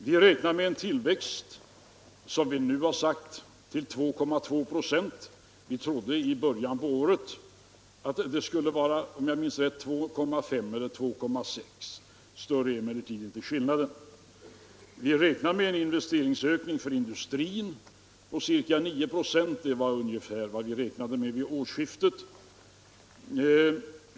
Vi räknar med en tillväxt, som vi nu har satt till 2,2 96. Vi trodde i början av året att den — om jag minns rätt — skulle vara 2,5 eller 2,6 96. Större är emellertid inte skillnaden. Vi räknar med en investeringsökning för industrin på ca 9 96. Det var ungefär vad vi räknade med vid årsskiftet.